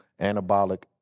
anabolic